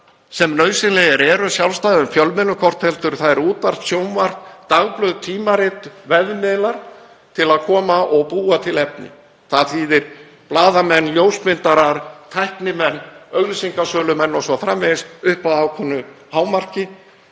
sem nauðsynlegir eru sjálfstæðum fjölmiðlum, hvort heldur það er útvarp, sjónvarp, dagblöð, tímarit, vefmiðlar til að koma og búa til efni. Það þýðir blaðamenn, ljósmyndarar, tæknimenn, auglýsingasölumenn o.s.frv., upp að ákveðnu hámarki.